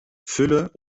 füller